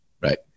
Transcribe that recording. right